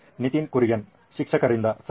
ನಿತಿನ್ ಕುರಿಯನ್ ಶಿಕ್ಷಕರಿಂದ ಸರಿ